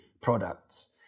products